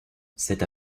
cette